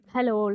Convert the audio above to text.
Hello